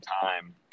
time